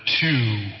two